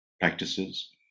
practices